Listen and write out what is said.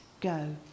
go